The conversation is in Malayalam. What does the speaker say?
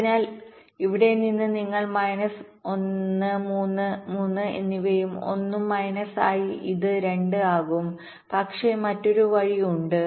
അതിനാൽ ഇവിടെ നിന്ന് നിങ്ങൾ മൈനസ് 1 3 3 എന്നിവയും 1 ഉം മൈനസ് ആയി ഇത് 2 ആകും പക്ഷേ മറ്റൊരു വഴി ഉണ്ട്